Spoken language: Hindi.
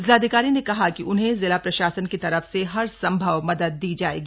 जिलाधिकारी ने कहा कि उन्हें जिला प्रशासन की तरफ से हर संभव मदद दी जाएगी